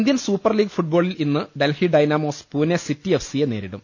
Indian Super League ഫുട്ബോളിൽ ഇന്ന് Delhi Dynamos Pune City F സിയെ നേരിടും